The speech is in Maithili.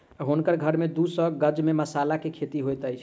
हुनकर घर के दू सौ गज में मसाला के खेती होइत अछि